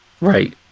Right